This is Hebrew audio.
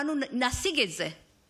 אנחנו נשיג את זה.